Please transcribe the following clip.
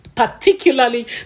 particularly